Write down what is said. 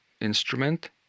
instrument